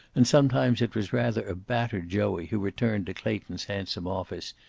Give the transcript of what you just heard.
and sometimes it was rather a battered joey who returned to clayton's handsome office,